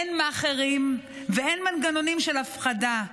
אין מאכערים ואין מנגנונים של הפחדה.